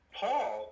paul